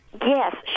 Yes